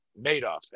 Madoff